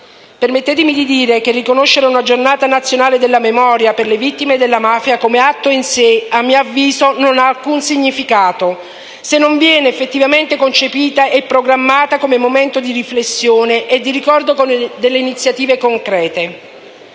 Permettetemi di dire che riconoscere una giornata nazionale della memoria per le vittime della mafia come atto in sé - a mio avviso - non ha alcun significato se non viene effettivamente concepita e programmata come momento di riflessione e di ricordo con iniziative concrete.